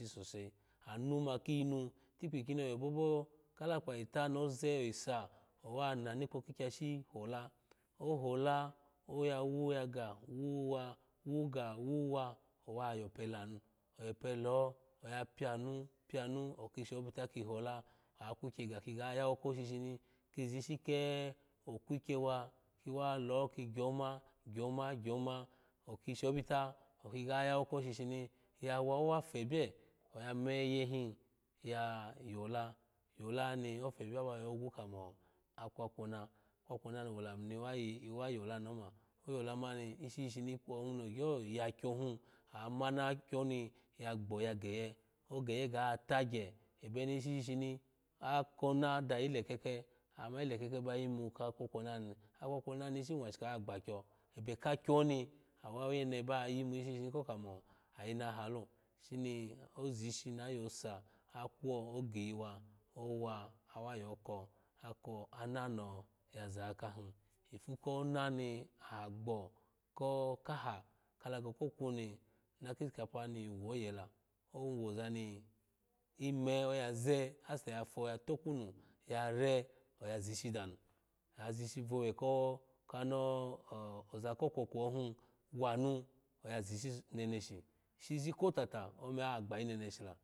Sosai anu ma kiyinu itikpi kino yo bobo kalakpa yita ni oze oyisa owa nani kpokikyashi hola ohola ogawu yaga wu wa wuga wuwa owa yope lanu oyo pelo oya pranu pianu oki shobita ki hola akukye gakiga yawo oko shishini ki zishi ke okukye wa ki wa lo ki gyoma gyoma gyoma oki shobibata oki ga yawo oko shishini yawa owa febye oya meye hin ya yola yola ni ofebye aba yogu kamo akwakwaona akwakwakoni wo lamimi wa j wa yola ni oma oyola mani ishishini ikpo hun no gyo yakyo hun ama na kyoni ya gbo yageye ogeye ga tagye ebeni ishishini akapona dayi leke ke ama yi leke ba yimu ka kwakwana ni akwakwani ishi nwashika agbakyo ebe kokyo ni awawene bayimu ishishini ko kamo ayina halo shini ozishi ni ayosa akwo ogi yiwa owa awayo ko ako anano ya zakahin ifu kona ni aha gbo ko kaha kalago kokuni ona kish kapani woye la owozani ine oyaze ase ya fa tokunu yare oya zishi danu azishi vowe ko kano o oza ko kwokwo hun wani oya zishi danu neneshi zishi kotata ome agbayi neneshi la.